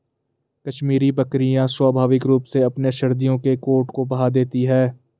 कश्मीरी बकरियां स्वाभाविक रूप से अपने सर्दियों के कोट को बहा देती है